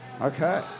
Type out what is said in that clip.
Okay